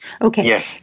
Okay